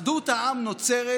אחדות העם נוצרת